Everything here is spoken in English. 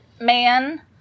man